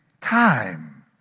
time